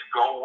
go